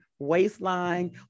waistline